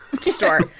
store